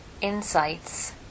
insights